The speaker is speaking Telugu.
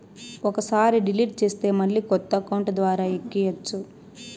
ఒక్కసారి డిలీట్ చేస్తే మళ్ళీ కొత్త అకౌంట్ ద్వారా ఎక్కియ్యచ్చు